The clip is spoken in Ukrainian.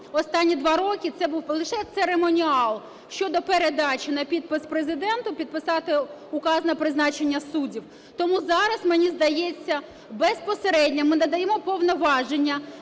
останні два роки це був лише церемоніал щодо передачі на підпис Президенту підписати указ на призначення суддів. Тому зараз, мені здається, безпосередньо ми надаємо повноваження